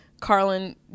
Carlin